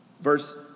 Verse